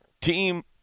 team